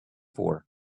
for